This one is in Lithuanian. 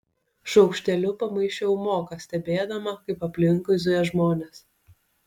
šaukšteliu pamaišiau moką stebėdama kaip aplinkui zuja žmonės